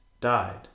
died